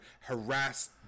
harass